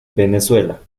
venezuela